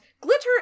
glitter